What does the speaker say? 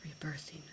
rebirthing